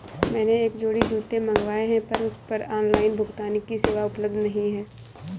मैंने एक जोड़ी जूते मँगवाये हैं पर उस पर ऑनलाइन भुगतान की सेवा उपलब्ध नहीं है